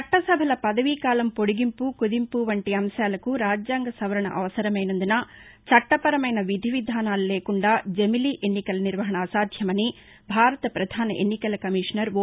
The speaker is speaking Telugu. చట్షసభల పదవీకాలం పొడిగింపు కుదింపు వంటి అంశాలకు రాజ్యాంగ సవరణ అవసరమైనందున చట్లపరమైన విధివిధానాలు లేకుండా జమిలి ఎన్నికల నిర్వహణ అసాధ్యమని భారత ప్రధాన ఎన్నికల కమీషనర్ ఓ